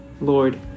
Lord